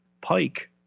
pike